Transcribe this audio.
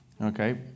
Okay